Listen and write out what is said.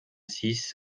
six